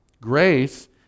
Grace